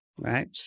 right